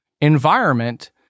environment